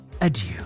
adieu